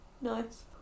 Nice